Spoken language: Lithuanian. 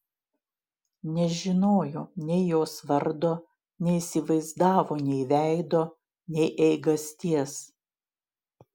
nežinojo nei jos vardo neįsivaizdavo nei veido nei eigasties